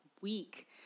week